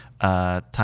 time